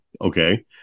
okay